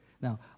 Now